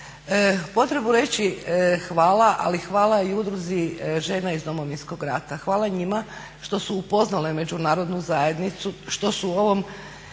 potrebu reći hvala ali hvala i Udruzi žena iz Domovinskog rata, hvala njima što su upoznale Međunarodnu zajednicu, što su ovom